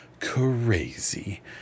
crazy